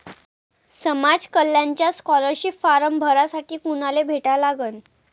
समाज कल्याणचा scholarship form भरासाठी कुनाले भेटा लागन?